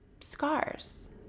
scars